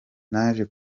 naje